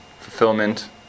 fulfillment